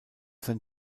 sein